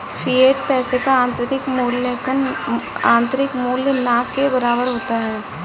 fiat पैसे का आंतरिक मूल्य न के बराबर होता है